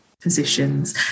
positions